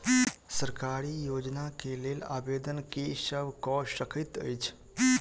सरकारी योजना केँ लेल आवेदन केँ सब कऽ सकैत अछि?